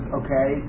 okay